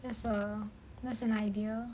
that's err that's an idea